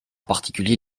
particulier